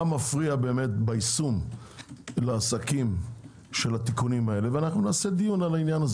מה מפריע ביישום לעסקים של התיקונים האלה ונעשה על כך דיון.